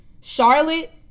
Charlotte